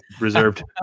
reserved